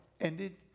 ended